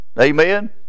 amen